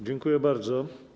Dziękuję bardzo.